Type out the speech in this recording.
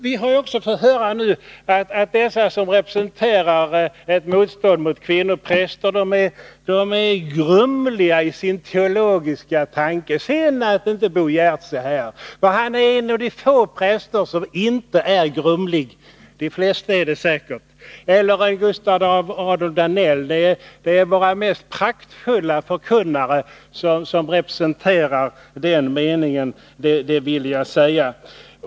Vi har också fått höra att de som representerar ett motstånd mot kvinnopräster är grumliga i sin teologiska tanke. Synd att inte Bo Giertz är här! Han är en av de få präster som inte är grumliga — de flesta andra är det mer eller mindre. Eller Gustaf Adolf Danell — dessa är våra mest praktfulla förkunnare och representerar den avvikande meningen.